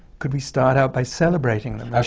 could we start out by celebrating them?